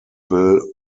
bill